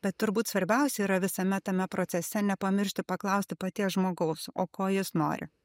bet turbūt svarbiausia yra visame tame procese nepamiršti paklausti paties žmogaus o ko jis nori